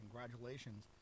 congratulations